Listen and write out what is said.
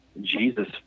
Jesus